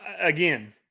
Again